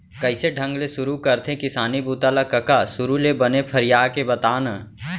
कइसे ढंग ले सुरू करथे किसानी बूता ल कका? सुरू ले बने फरिया के बता न